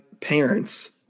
parents